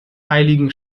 heiligen